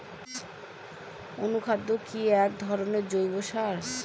অনুখাদ্য কি এক ধরনের জৈব সার?